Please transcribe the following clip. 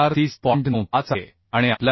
95 आहे आणि आपल्याला 2960